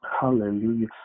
Hallelujah